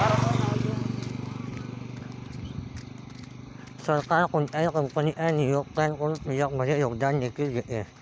सरकार कोणत्याही कंपनीच्या नियोक्त्याकडून पी.एफ मध्ये योगदान देखील घेते